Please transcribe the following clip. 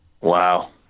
Wow